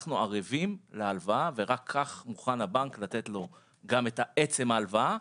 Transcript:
אנחנו ערבים להלוואה ורק כך מוכן הבנק לתת לו גם את עצם ההלוואה,